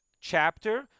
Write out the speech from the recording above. chapter